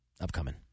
Upcoming